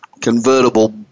convertible